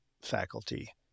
faculty